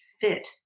fit